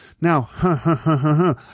Now